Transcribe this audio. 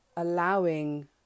allowing